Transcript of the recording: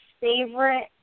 favorite